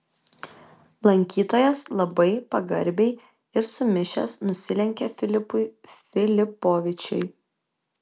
lankytojas labai pagarbiai ir sumišęs nusilenkė filipui filipovičiui